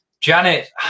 Janet